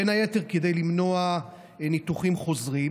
בין היתר כדי למנוע ניתוחים חוזרים.